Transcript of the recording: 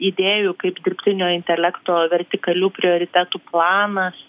idėjų kaip dirbtinio intelekto vertikalių prioritetų planas